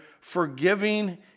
forgiving